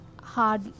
hard